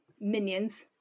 minions